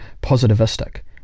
positivistic